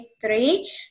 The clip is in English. three